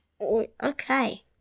Okay